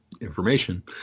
information